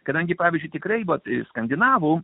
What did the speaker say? kadangi pavyzdžiui tikrai vat skandinavų